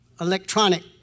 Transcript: electronic